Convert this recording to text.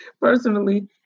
personally